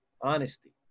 honesty